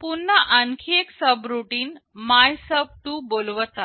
पुन्हा एक आणखी सबरूटीन MYSUB2 बोलवत आहे